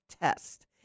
test